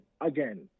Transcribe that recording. again